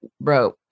bro